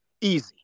easy